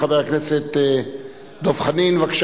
וגם חברות ממשלתיות וגופים ציבוריים אחרים.